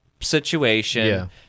situation